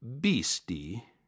beastie